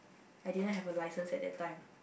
I didn't have a license at that time